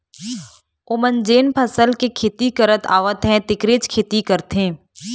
ओमन जेन फसल के खेती करत आवत हे तेखरेच खेती करथे